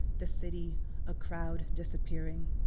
the city a crowd disappearing,